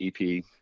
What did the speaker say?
EP